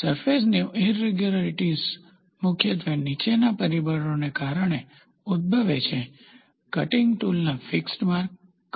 સરફેસની ઈરેગ્યુલારીટીઝ મુખ્યત્વે નીચેના પરિબળોને કારણે ઉદ્ભવે છે કટીંગ ટૂલના ફીડ માર્ક્સ